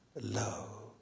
love